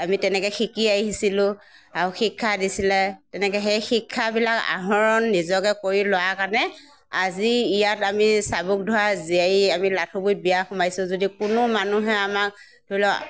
আমি তেনেকৈ শিকি আহিছিলোঁ আৰু শিক্ষা দিছিলে তেনেকৈ সেই শিক্ষাবিলাক আহৰণ নিজকে কৰি লোৱা কাৰণে আজি ইয়াত আমি চাবোকধৰা জীয়াৰী আমি লাঠুগুৰিত বিয়া সোমাইছোঁ যদিও কোনো মানুহে আমাক ধৰি লওক